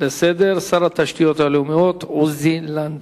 לסדר-היום שר התעשיות הלאומיות עוזי לנדאו.